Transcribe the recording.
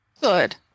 Good